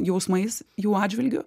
jausmais jų atžvilgiu